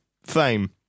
Fame